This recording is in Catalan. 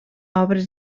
obres